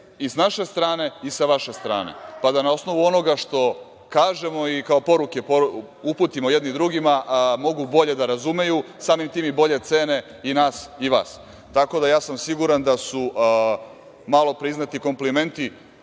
i sa naše strane i sa vaše strane, pa da na osnovu onoga što kažemo i kao poruke uputimo jedni drugima mogu bolje da razumeju, samim tim i bolje cene i nas i vas. Tako da ja sam siguran da su malopre izneti komplimenti